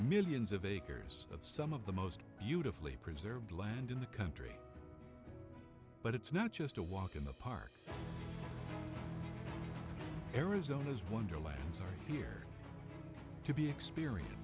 millions of acres of some of the most beautifully preserved land in the country but it's not just a walk in the park arizona's wonderlands are here to be experience